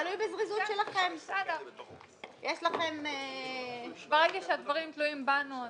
ברגע שהדברים תלויים בנו,